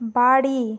বাড়ি